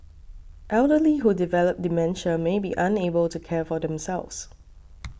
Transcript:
elderly who develop dementia may be unable to care for themselves